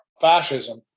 fascism